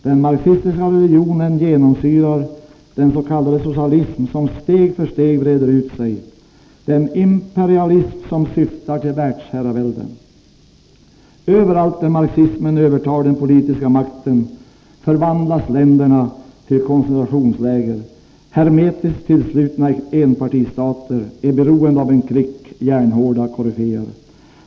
Den marxistiska religionen genomsyrar den s.k. socialism som steg för steg breder ut sig, den imperialism som syftar till världsherravälde. Överallt där marxismen övertar den politiska makten förvandlas länderna till koncentrationsläger, till hermetiskt tillslutna enpartistater i beroende av en klick järnhårda koryféer.